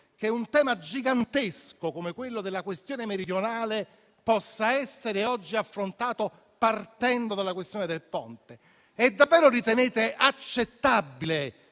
che un tema gigantesco come la questione meridionale possa essere oggi affrontato partendo dalla questione del Ponte? E davvero ritenete accettabile